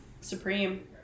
Supreme